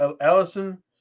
Allison